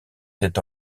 cet